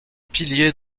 piliers